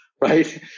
right